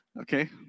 okay